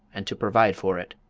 and to provide for it.